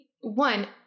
One